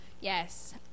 Yes